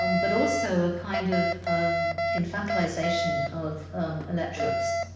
um but also a kind of um infantilization of um electorates,